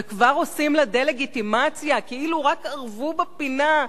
וכבר עושים לה דה-לגיטימציה כאילו רק ארבו בפינה,